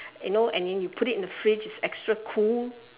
you know and you put it in the fridge it's extra cool